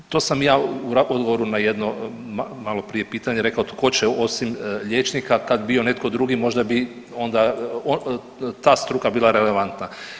To sam ja u odgovoru na jedno maloprije pitanje rekao tko će osim liječnika, a tad bio netko drugi možda bi onda ta struka bila relevantna.